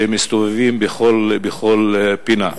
שמסתובבים בכל פינה,